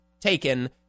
taken